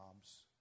jobs